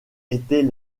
était